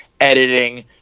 editing